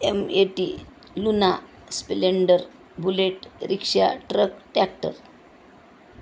M eighty luna splendor bullet rickshaw truck tractor